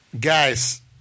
Guys